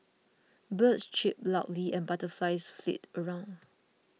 birds chirp loudly and butterflies flit around